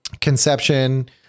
conception